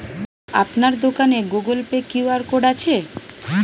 আপনার দোকানে Google pay QR code আছে?